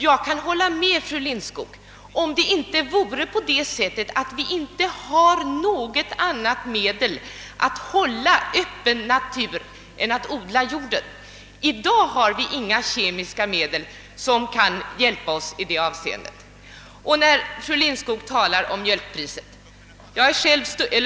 Jag kan hålla med fru Lindskog att detta inte behövde finnas om vi hade något annat medel att hålla naturen öppen än att odla jorden. I dag har vi inga kemiska medel som till rimliga kostnader kan hjälpa oss i detta avseende. Fru Lindskog talar om mjölkpriset.